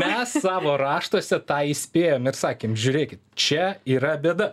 mes savo raštuose tą įspėjom ir sakėm žiūrėkit čia yra bėda